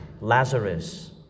Lazarus